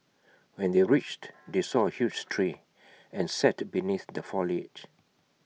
when they reached they saw A huge tree and sat beneath the foliage